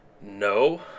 No